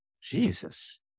Jesus